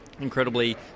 incredibly